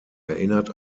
erinnert